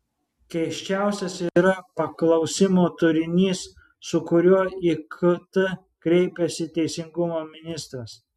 keisčiausias yra paklausimo turinys su kuriuo į kt kreipiasi teisingumo ministras